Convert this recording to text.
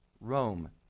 Rome